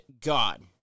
God